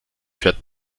fährt